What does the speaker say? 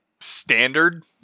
standard